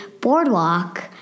Boardwalk